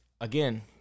again